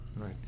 Right